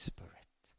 Spirit